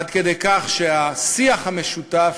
עד כדי כך שהשיח המשותף,